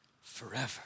forever